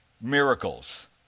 miracles